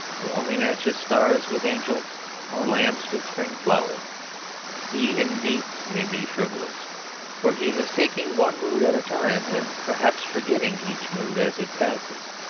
who only matches stars with angels or lambs with spring flowers, he indeed may be frivolous for he is taking one mood at a time, and perhaps forgetting each mood as it passes.